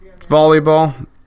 Volleyball